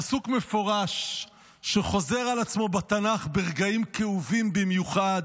פסוק מפורש שחוזר על עצמו בתנ"ך ברגעים כאובים במיוחד: